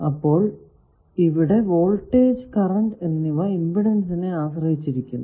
അപ്പോൾ ഇവിടെ voltage current എന്നിവ ഇമ്പിഡെൻസിനെ ആശ്രയിച്ചിരിക്കുന്നു